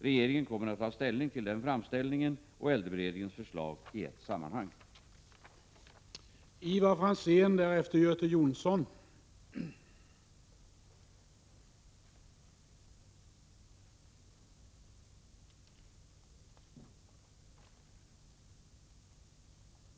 Regeringen kommer att ta ställning till denna framställning och äldrebered = Prot. 1986/87:97 ningens förslag i ett sammanhang. 30 mars 1987